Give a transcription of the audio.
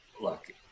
look